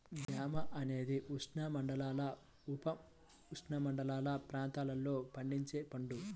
జామ అనేది ఉష్ణమండల, ఉపఉష్ణమండల ప్రాంతాలలో పండించే పండు